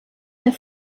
der